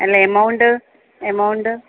അല്ല amount amount